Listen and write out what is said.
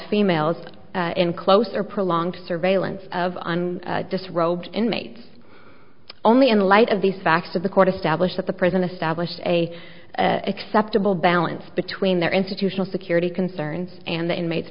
females in closer prolonged surveillance of disrobed inmates only in light of these facts of the court established at the prison established a acceptable balance between their institutional security concerns and the inmates